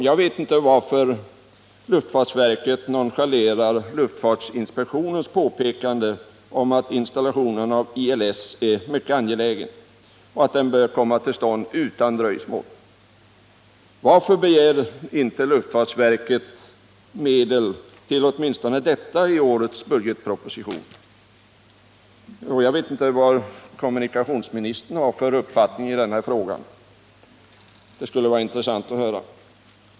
Jag vet inte varför luftfartsveket nonchalerar luftfartsinspektionens påpekande om att installationen av ILS är mycket angelägen och bör komma till stånd utan dröjsmål. Varför begär inte luftfartsverket medel åtminstone till detta i årets budgetsproposition? Det skulle vara intressant att höra vilken uppfattning kommunikationsministern har i den här frågan.